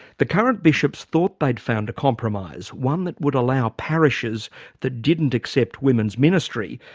the current bishops thought they'd found a compromise, one that would allow parishes that didn't accept women's ministry,